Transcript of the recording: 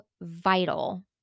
vital